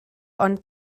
ond